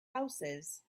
houses